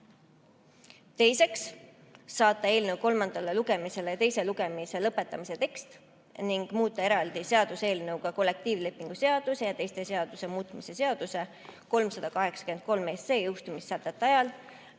Teiseks, saata eelnõu kolmandale lugemisele teise lugemise lõpetamise tekst ning muuta eraldi seaduseelnõuga kollektiivlepingu seaduse ja teiste seaduste muutmise seaduse 383 jõustumissätet ajal,